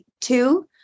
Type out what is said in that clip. two